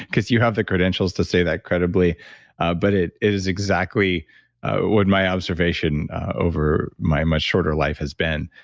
because you have the credentials to say that credibly but it it is exactly what my observation over, my much shorter, life has been.